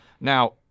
Now